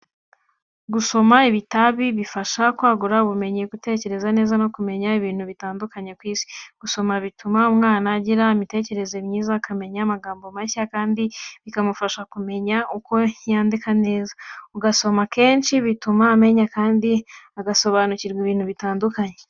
Gusoma ibitabi bifasha kwagura ubumenyi, gutekereza neza, no kumenya ibintu bitandukanye ku isi. Gusoma bituma umwana agira imitekerereze myiza, akamenya amagambo mashya, kandi bikamufasha kumenya uko yandika neza, uko asoma kenshi bituma amenya, kandi agasobanukirwa ibintu bitandukanye.